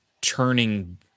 Turning